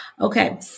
Okay